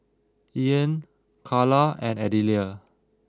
Ean Kayla and Adelia